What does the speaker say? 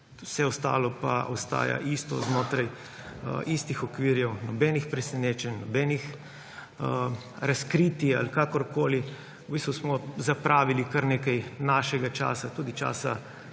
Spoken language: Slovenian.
vse ostalo pa ostaja isto, znotraj istih okvirjev, nobenih presenečenj, nobenih razkritij ali kakorkoli. V bistvu smo zapravili kar nekaj našega časa, tudi časa